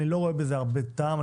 אני לא רואה בזה הרבה טעם,